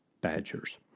badgers